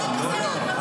לא,